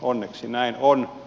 onneksi näin on